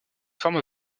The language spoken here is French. formes